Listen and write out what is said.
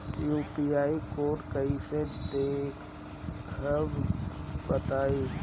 UPI code कैसे देखब बताई?